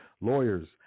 Lawyers